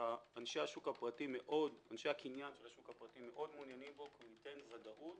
אנשי הקניין של השוק הפרטי מאוד מעוניינים בו כי הוא ייתן ודאות